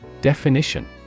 Definition